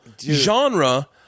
genre